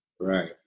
Right